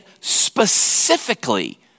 specifically